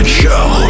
show